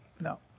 No